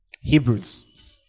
Hebrews